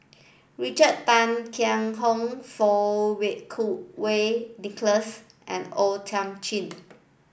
Richard Tay Tian Hoe Fang Wei Kuo Wei Nicholas and O Thiam Chin